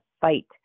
fight